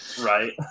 Right